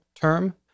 term